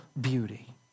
beauty